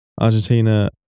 Argentina